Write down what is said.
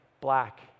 black